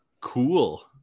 Cool